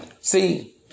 See